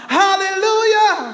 hallelujah